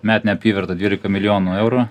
metinė apyvarta dvylika milijonų eurų